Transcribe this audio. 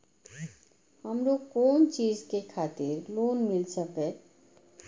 हमरो कोन चीज के खातिर लोन मिल संकेत?